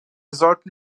sollten